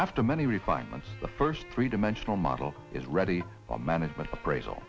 after many refinements the first three dimensional model is ready for management appraisal